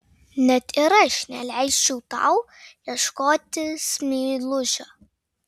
net ir aš neleisčiau tau ieškotis meilužio